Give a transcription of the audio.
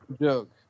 joke